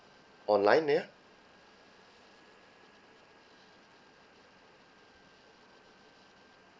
online yeah